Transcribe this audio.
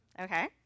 okay